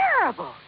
terrible